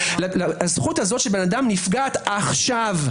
הזכות הזו של אדם נפגעת עכשיו.